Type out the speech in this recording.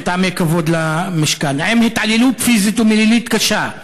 מטעמי כבוד למשכן עם התעללות פיזית ומילולית קשה.